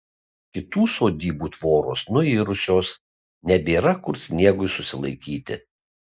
kitų sodybų tvoros nuirusios nebėra kur sniegui susilaikyti